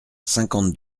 cinquante